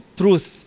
truth